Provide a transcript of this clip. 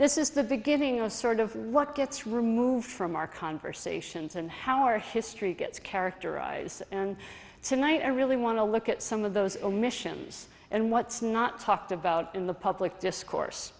this is the beginning of sort of what gets removed from our conversations and how our history gets characterize and tonight i really want to look at some of those omissions and what's not talked about in the public discourse